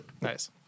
Nice